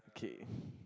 okay